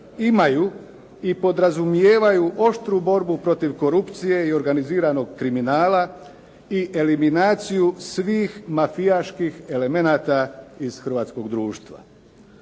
imaju i podrazumijevaju oštru borbu protiv korupcije i organiziranog kriminala i eliminaciju svih mafijaških elemenata iz hrvatskog društva.